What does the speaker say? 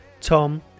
Tom